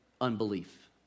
unbelief